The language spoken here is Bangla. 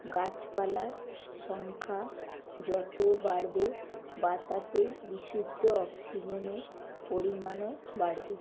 গাছপালার সংখ্যা যতো বাড়বে বাতাসে বিশুদ্ধ অক্সিজেনের পরিমাণও বাড়বে